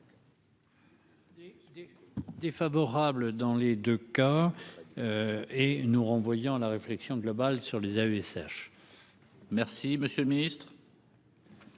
Défavorable dans les 2 cas et nous renvoyant la réflexion globale sur les avis sèche. Merci, monsieur le Ministre.